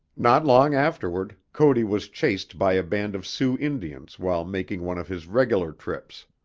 not long afterward, cody was chased by a band of sioux indians while making one of his regular trips.